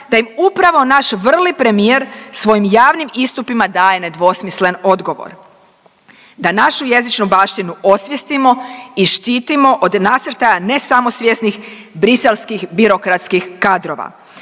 da im upravo naš vrli premijer svojim javnim istupima daje nedvosmislen odgovor, da našu jezičnu baštinu osvijestimo i štitimo od nasrtaja ne samosvjesnih briselskih birokratskih kadrova.